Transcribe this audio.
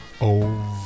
over